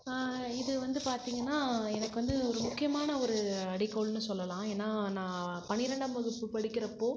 இது வந்து பார்த்திங்கனா எனக்கு வந்து ஒரு முக்கியமான ஒரு அடிகோல்னு சொல்லலாம் ஏன்னா நான் பன்னிரெண்டாம் வகுப்பு படிக்கிறப்போ